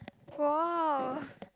!wow!